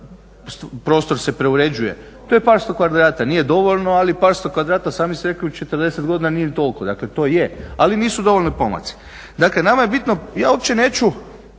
prostor se preuređuje. To je par sto kvadrata. Nije dovoljno, ali par sto kvadrata. Sami ste rekli u 40 godina nije ni toliko, dakle to je. Ali nisu dovoljni pomaci. Dakle, nama je bitno, ja uopće neću